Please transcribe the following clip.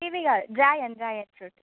ఇవి కాదు dragon dragon fruit